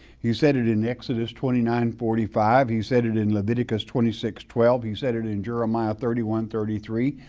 he said it in exodus twenty nine forty five, he said it in leviticus twenty six twelve, he said it in jeremiah thirty one thirty three.